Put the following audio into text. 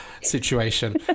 situation